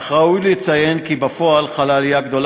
אך ראוי לציין כי בפועל חלה עלייה גדולה